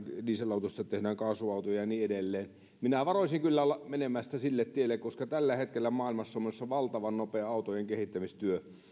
dieselautoista tehdään kaasuautoja ja niin edelleen minä varoisin kyllä menemästä sille tielle koska tällä hetkellä maailmassa on menossa valtavan nopea autojen kehittämistyö